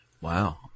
Wow